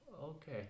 okay